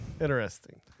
Interesting